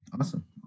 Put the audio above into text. Awesome